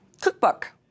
cookbook